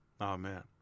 Amen